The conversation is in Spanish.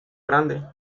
grande